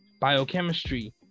Biochemistry